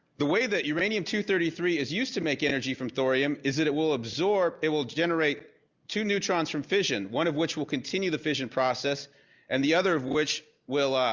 the way that uranium two thirty three is used to make energy from thorium is it it will absorb it will generate two neutrons from fission, one of which will continue the fission process and the other of which will ah